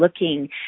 looking